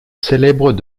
célèbres